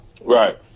Right